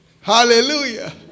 Hallelujah